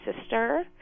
sister